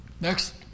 Next